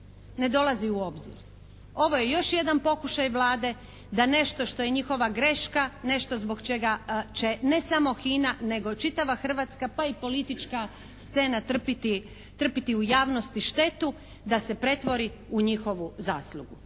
Ne dolazi u obzir. Ovo je još jedan pokušaj Vlade da nešto što je njihova greška, nešto zbog čega će ne samo HINA nego čitava Hrvatska pa i politička scena trpiti u javnosti štetu da se pretvori u njihovu zaslugu.